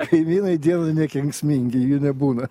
kaimynai dieną nekenksmingi jų nebūna